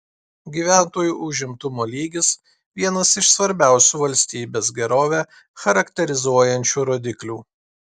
gyventojų užimtumo lygis vienas iš svarbiausių valstybės gerovę charakterizuojančių rodiklių